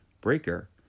Breaker